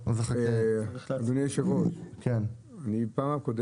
גם כאן מדובר בהוראות מאוד מקובלות